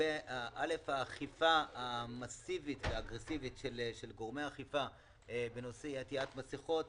לגבי האכיפה המסיבית והאגרסיבית בנושא אי-עטיית מסכות,